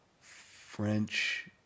French